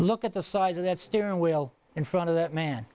look at the size of that steering wheel in front of that